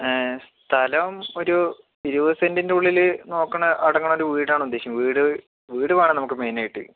സ്ഥലം ഒരു ഇരുപതുസെൻറിൻ്റെ ഉള്ളില് നോക്കണ അടങ്ങണ ഒരു വീടാണുദ്ദേശിക്കുന്നത് വീട് വീട് വേണം നമുക്ക് മെയിനായിട്ട്